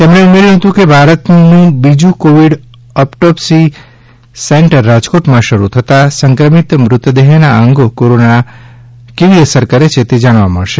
તેમણે ઉમેર્યૂ હતું કે ભારતનું બીજું કોવિડ ઓટોપ્સી સેન્ટર રાજકોટમાં શરૂ થતાં સંક્રમિત મૃતદેહના અંગો કોરોના કેવી અસર કરે છે તે જાણવા મળશે